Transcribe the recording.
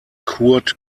kurt